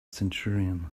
centurion